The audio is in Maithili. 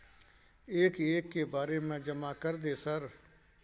एक एक के बारे जमा कर दे सर?